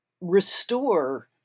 restore